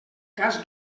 cas